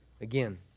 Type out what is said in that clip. Again